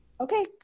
Okay